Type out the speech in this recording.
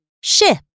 ship